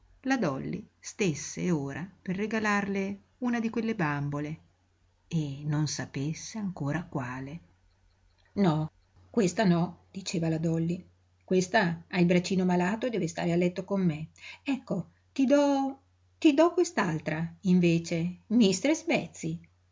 la dolly stésse ora per regalarle una di quelle bambole e non sapesse ancor quale no questa no diceva la dolly questa ha il braccino malato e deve stare a letto con me ecco ti do ti do quest'altra invece